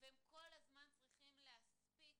והם כל הזמן צריכים להספיק